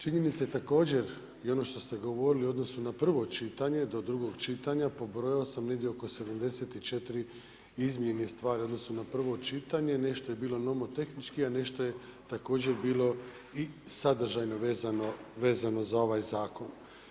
Čini mi se također i ono što ste govorili u odnosu na prvo čitanje do drugog čitanja pobrojao sam negdje oko 74 izmjene u odnosu na prvo čitanje, nešto je bilo nomotehnički, a nešto je također bilo i sadržajno vezano za ovaj zakon.